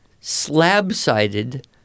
slab-sided